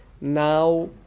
now